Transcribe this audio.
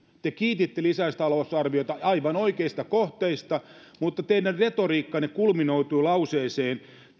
te kiititte lisätalousarviota aivan oikeista kohteista mutta teidän retoriikkanne kulminoituu lauseeseen